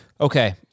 okay